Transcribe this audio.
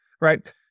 right